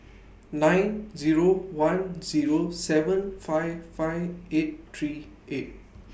nine Zero one Zero seven five five eight three eight